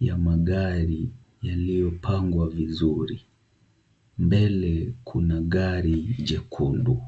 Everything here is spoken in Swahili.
ya magari yaliyopangwa vizuri, mbele kuna gari jekundu.